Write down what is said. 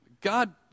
God